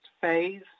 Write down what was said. phase